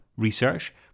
research